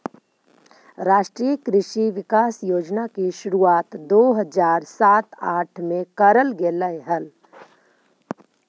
राष्ट्रीय कृषि विकास योजना की शुरुआत दो हज़ार सात आठ में करल गेलइ हल